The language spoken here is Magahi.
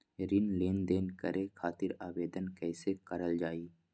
ऋण लेनदेन करे खातीर आवेदन कइसे करल जाई?